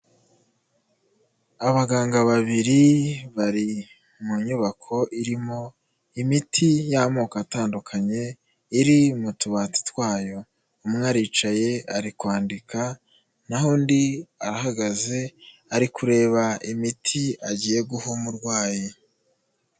Abaganga babiri bari mu nyubako irimo imiti y'amoko atandukanye, iri mu tubati twayo, umwe aricaye ari kwandika, n'aho undi arahagaze, ari kureba imiti agiye guha umurwayi.